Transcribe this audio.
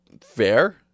fair